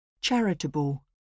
Charitable